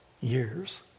years